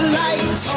light